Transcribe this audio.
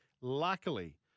luckily